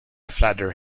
flatter